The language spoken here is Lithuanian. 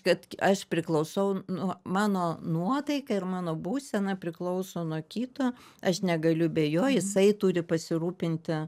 kad aš priklausau nuo mano nuotaika ir mano būsena priklauso nuo kito aš negaliu be jo jisai turi pasirūpinti